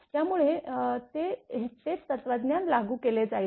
त्यामुळे तेच तत्त्वज्ञान लागू केले जाईल